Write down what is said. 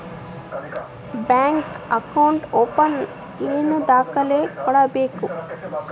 Bank account open ಏನೇನು ದಾಖಲೆ ಕೊಡಬೇಕು?